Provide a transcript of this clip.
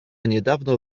niedawno